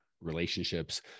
relationships